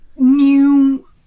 new